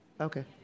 Okay